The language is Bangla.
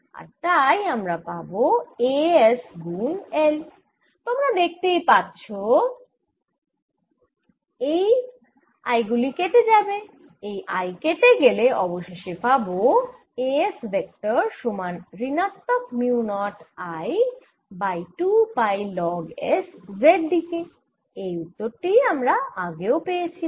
আর তাই আমরা পাবো A s গুন l তোমরা দেখতেই পাচ্ছ এই l গুলি কেটে যাবে এই l কেটে গেলে অবশেষে পাবো A s ভেক্টর সমান ঋণাত্মক mu naught I by 2 pi log s z দিকে এই উত্তর টিই আমরা আগেও পেয়েছিলাম